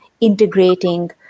integrating